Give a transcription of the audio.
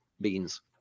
beans